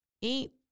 eat